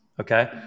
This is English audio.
okay